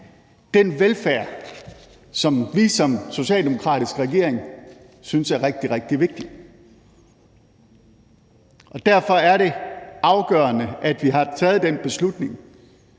den velfærd, som vi som socialdemokratisk regering synes er rigtig, rigtig vigtig. Og derfor er det afgørende, at vi har taget den beslutning,